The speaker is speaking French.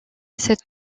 cette